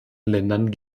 ländern